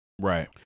Right